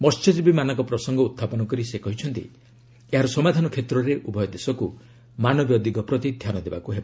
ମସ୍ୟଜୀବୀମାନଙ୍କ ପ୍ରସଙ୍ଗ ଉହ୍ଚାପନ କରି ସେ କହିଛନ୍ତି ଏହାର ସମାଧାନ କ୍ଷେତ୍ରରେ ଉଭୟ ଦେଶକ୍ର ମାନବିୟ ଦିଗପ୍ରତି ଧ୍ୟାନ ଦେବାକୁ ହେବ